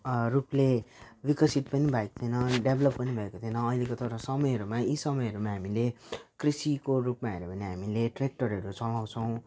रूपले विकसित पनि भएको थिएन डेभ्लप पनि भएको थिएन अहिलेको तर समयहरूमा यी समयहरूमा हामीले कृषिको रूपमा हेर्यौँ भने हामीले ट्र्याक्टरहरू चलाउँछौँ